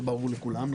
זה ברור לכולם.